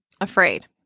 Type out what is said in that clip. afraid